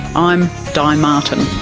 i'm di martin